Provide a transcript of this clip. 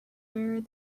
where